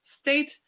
state